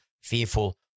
fearful